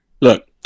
look